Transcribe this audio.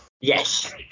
Yes